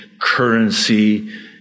currency